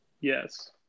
Yes